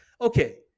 Okay